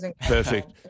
perfect